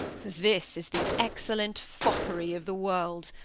this is the excellent foppery of the world,